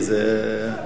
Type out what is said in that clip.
אין לנו אשליות.